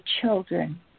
children